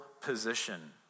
position